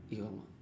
eh !alamak!